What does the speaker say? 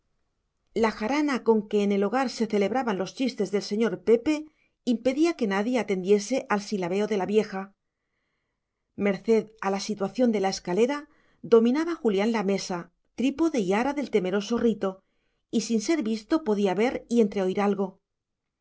la jarana con que en el hogar se celebraban los chistes del señor pepe impedía que nadie atendiese al silabeo de la vieja merced a la situación de la escalera dominaba julián la mesa trípode y ara del temeroso rito y sin ser visto podía ver y entreoír algo